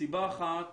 סיבה אחת